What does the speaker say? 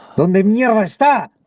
the um um yeah brats that